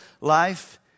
life